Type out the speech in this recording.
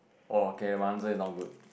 oh okay my answer is not good